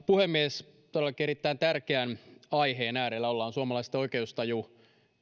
puhemies todellakin erittäin tärkeän aiheen äärellä ollaan suomalaisten oikeustaju